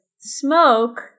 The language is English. smoke